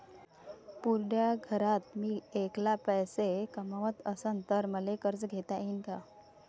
पुऱ्या घरात मी ऐकला पैसे कमवत असन तर मले कर्ज घेता येईन का?